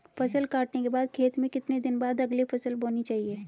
फसल काटने के बाद खेत में कितने दिन बाद अगली फसल बोनी चाहिये?